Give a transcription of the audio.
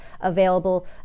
available